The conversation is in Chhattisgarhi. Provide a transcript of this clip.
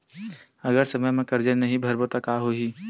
अगर समय मा कर्जा नहीं भरबों का होई?